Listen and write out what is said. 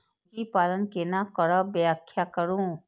मुर्गी पालन केना करब व्याख्या करु?